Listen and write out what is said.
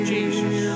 Jesus